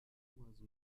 enquanto